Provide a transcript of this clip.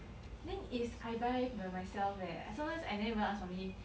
then is I buy by myself leh I sometimes I never even ask mummy